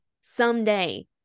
someday